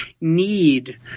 need